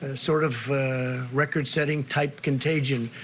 ah sort of record setting type contagion.